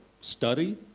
study